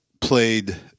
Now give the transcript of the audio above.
played